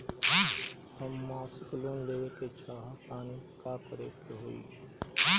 हम मासिक लोन लेवे के चाह तानि का करे के होई?